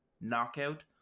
knockout